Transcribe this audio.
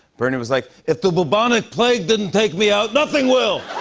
bernie was like, if the bubonic plague didn't take me out, nothing will.